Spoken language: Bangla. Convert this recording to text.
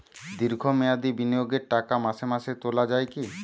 দীর্ঘ মেয়াদি বিনিয়োগের টাকা মাসে মাসে তোলা যায় কি?